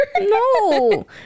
No